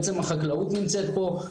בעצם החקלאות נמצאת פה,